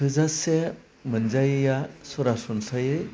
थोजासे मोनजायैआ सरासनस्रायै